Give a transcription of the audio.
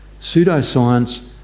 Pseudoscience